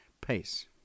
pace